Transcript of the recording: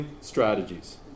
strategies